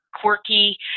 quirky